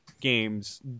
games